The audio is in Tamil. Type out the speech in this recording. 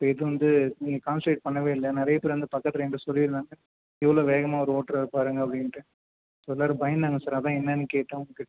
அப்போ இது வந்து நீங்கள் கான்சண்ட்ரெட் பண்ணவே இல்லை நிறைய பேர் வந்து பக்கத்தில் என்கிட்ட சொல்லியிருந்தாங்க எவ்வளோ வேகமாக அவர் ஓட்டுகிறாரு பாருங்கள் அப்படின்ட்டு ஸோ எல்லோரும் பயந்தாங்க சார் அதுதான் என்னென்னு கேட்டேன் உங்கள்கிட்ட